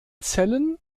zellen